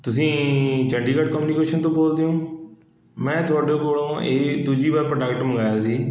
ਤੁਸੀਂ ਚੰਡੀਗੜ੍ਹ ਕਮਿਊਨੀਕੇਸ਼ਨ ਤੋਂ ਬੋਲਦੇ ਹੋ ਮੈਂ ਤੁਹਾਡੇ ਕੋਲੋਂ ਇਹ ਦੂਜੀ ਵਾਰ ਪ੍ਰੋਡਕਟ ਮੰਗਵਾਇਆ ਸੀ